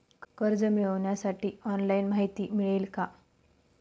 कर्ज मिळविण्यासाठी ऑनलाइन माहिती मिळेल का?